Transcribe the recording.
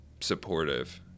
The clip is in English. supportive